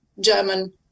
German